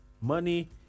money